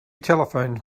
telephoned